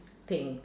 thing